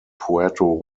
puerto